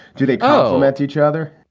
do they go, oh um and each other,